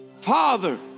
Father